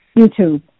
YouTube